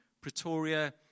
Pretoria